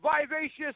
vivacious